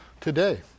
today